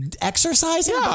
exercising